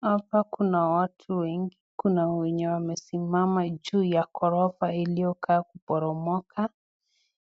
Hapa kuna watu wengi kuna wenye wamesimama juu ya ghorofa iliyokaa kuporomoka